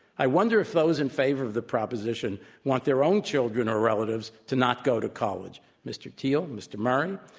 i wonder if those in favor of the proposition want their own children or relatives to not go to college. mr. thiel, mr. murray,